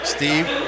Steve